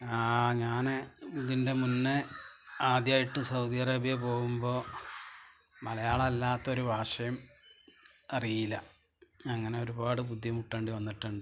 ഞാന് ഇതിൻ്റെ മുന്നേ ആദ്യമായിട്ട് സൗദി അറേബ്യ പോവുമ്പോള് മലയാളല്ലാത്തൊരു ഭാഷയും അറിയില്ല അങ്ങനൊരുപാട് ബുദ്ധിമുട്ടേണ്ടി വന്നിട്ടുണ്ട്